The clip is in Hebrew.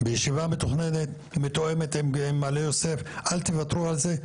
בישיבה מתואמת עם מעלה יוסף אל תוותרו על זה.